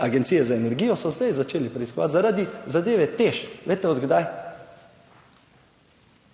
Agencije za energijo so zdaj začeli preiskovati zaradi zadeve TEŠ. Veste, od kdaj?